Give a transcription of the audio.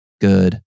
good